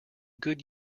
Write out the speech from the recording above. good